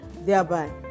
thereby